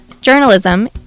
journalism